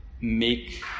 make